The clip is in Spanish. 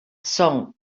son